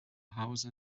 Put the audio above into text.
house